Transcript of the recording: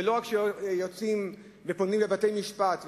ולא רק שיוצאים ופונים לבתי-משפט,